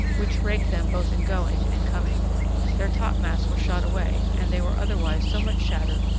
which raked them both in going and coming their topmasts were shot away, and they were otherwise so much shattered,